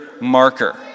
marker